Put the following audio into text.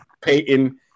Peyton